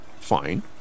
Fine